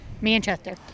manchester